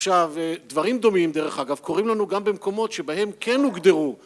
עכשיו דברים דומים דרך אגב קורים לנו גם במקומות שבהם כן הוגדרו